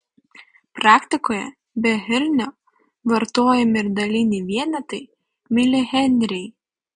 praktikoje be henrio vartojami ir daliniai vienetai milihenriai